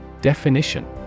Definition